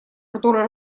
который